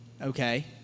Okay